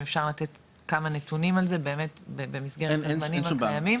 אם אפשר לתת כמה נתונים על זה באמת במסגרת הזמנים הקיימים,